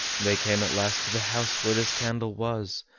they came at last to the house where this candle was,